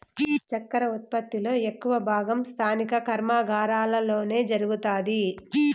చక్కర ఉత్పత్తి లో ఎక్కువ భాగం స్థానిక కర్మాగారాలలోనే జరుగుతాది